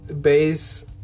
base